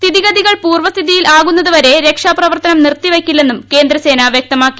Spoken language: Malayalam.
സ്ഥിതിഗതികൾ പൂർവസ്ഥിതിയിൽ ആകുന്നതുവരെ രക്ഷാപ്രവർത്തനം നിർത്തിവയ്ക്കില്ലെന്നും കേന്ദ്ര സേന വൃക്തമാക്കി